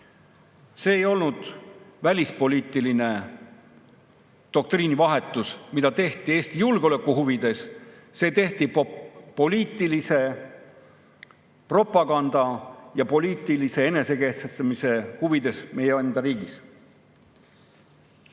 See ei olnud välispoliitiline doktriinivahetus, mis tehti Eesti julgeoleku huvides, see tehti poliitilise propaganda ja meie riigis poliitilise enesekehtestamise huvides. Mulle tundub,